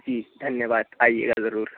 जी धन्यवाद आइएगा ज़रूर